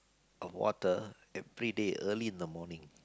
of water everyday early in the morning